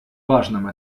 важном